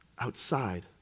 outside